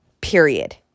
Period